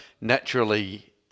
naturally